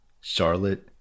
Charlotte